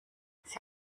sie